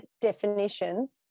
definitions